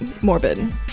morbid